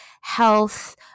health